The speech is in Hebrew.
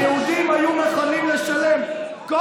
היהודים היו מוכנים לשלם כל